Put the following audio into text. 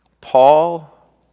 Paul